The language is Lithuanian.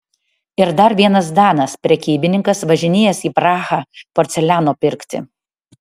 ir dar vienas danas prekybininkas važinėjęs į prahą porceliano pirkti